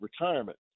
retirement